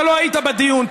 אתה לא היית בדיון,